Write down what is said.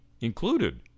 included